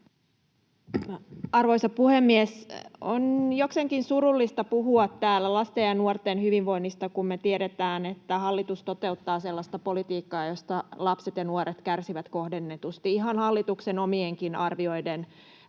Arvoisa puhemies! On jokseenkin surullista puhua täällä lasten ja nuorten hyvinvoinnista, kun me tiedetään, että hallitus toteuttaa sellaista politiikkaa, josta lapset ja nuoret kärsivät kohdennetusti, ihan hallituksen omienkin arvioiden mukaan.